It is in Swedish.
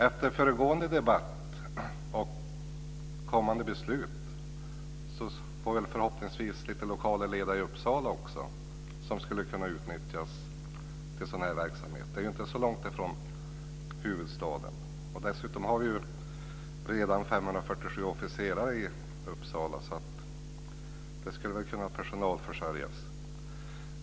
Efter föregående debatt och kommande beslut får vi förhoppningsvis lite lokala ledare i Uppsala som skulle kunna utnyttjas till sådan här verksamhet. Det är ju inte så långt från huvudstaden. Dessutom har vi redan 547 officerare i Uppsala, så det skulle väl kunna personalförsörjas.